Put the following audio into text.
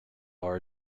are